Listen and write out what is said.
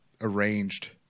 arranged